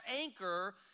anchor